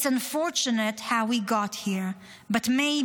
It’s unfortunate how we got here but maybe